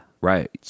right